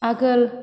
आगोल